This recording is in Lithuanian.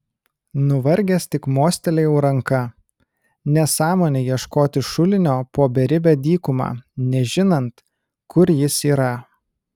nuvargęs tik mostelėjau ranka nesąmonė ieškoti šulinio po beribę dykumą nežinant kur jis yra